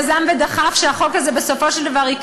יזם ודחף שהחוק הזה יקרה.